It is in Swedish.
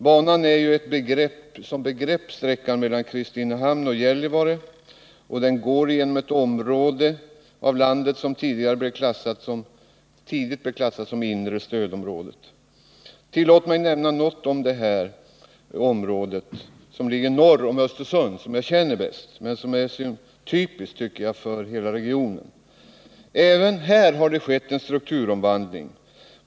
Inlandsbanan som begrepp omfattar sträckan Kristinehamn-Gällivare. Banan går genom det område av landet som tidigt blev klassat som det inre stödområdet. Tillåt mig nämna något om det område som trafikeras av banan och som ligger norr om Östersund, ett område som jag känner bäst och som jag tycker är typiskt för hela regionen. 91 Även i det här området har det skett en strukturomvandling.